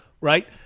right